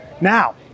Now